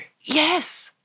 Yes